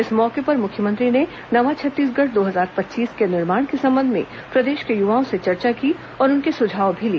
इस मौके पर मुख्यमंत्री ने नवा छत्तीसगढ़ दो हजार पच्चीस के निर्माण के संबंध में प्रदेश के युवाओं से चर्चा की और उनके सुझाव भी लिए